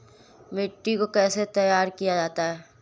मिट्टी को कैसे तैयार किया जाता है?